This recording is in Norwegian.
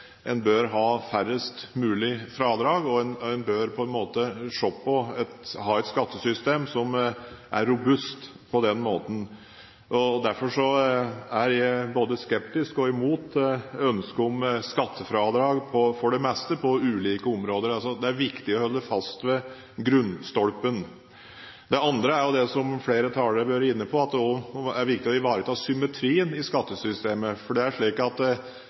bør ha færrest mulige fradrag, og man bør ha et skattesystem som er robust på den måten. Derfor er jeg både skeptisk til og imot ønske om skattefradrag – for det meste – på ulike områder. Det er viktig å holde fast ved grunnstolpen. Det andre, som flere talere har vært inne på, er at det er viktig å ivareta symmetrien i skattesystemet, for det er slik at